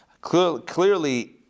Clearly